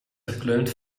verkleumd